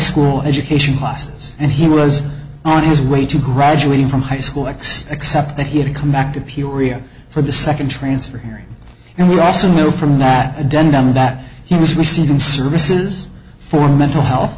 school education classes and he was on his way to graduating from high school x except that he had to come back to peoria for the second transfer hearing and we also know from that a den down that he was receiving services for mental health